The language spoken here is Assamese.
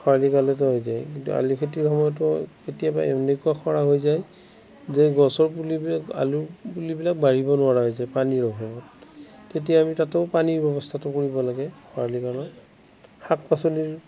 খৰালি কালতো হৈ যায় কিন্তু আলুখেতিৰ সময়তো কেতিয়াবা এনেকুৱা খৰাং হৈ যায় যে গছৰ পুলিবিলাক আলুৰ পুলিবিলাক বাঢ়িব নোৱাৰা হৈ যায় পানীৰ অভাৱত তেতিয়া আমি তাতো পানীৰ ব্যৱস্থাটো কৰিব লাগে খৰালি কালত শাক পাচলিৰ